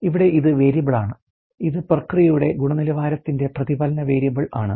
ഇവിടെ ഇത് വേരിയബിളാണ് ഇത് പ്രക്രിയയുടെ ഗുണനിലവാരത്തിന്റെ പ്രതിഫലന വേരിയബിൾ ആണ്